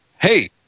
hey